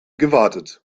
gewartet